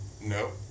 no